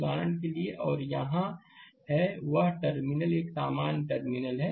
उदाहरण के लिए और यह यहाँ है यह टर्मिनल एक सामान्य टर्मिनल है